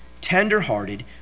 tender-hearted